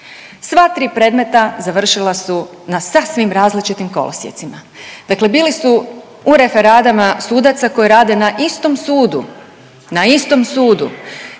Sva tri predmeta završila su na sasvim različitim kolosijecima, dakle bili su u referadama sudaca koji rade na istom sudu, na istom sudu,